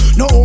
no